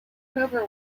cover